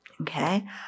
Okay